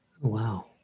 Wow